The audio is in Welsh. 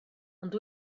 ond